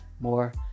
more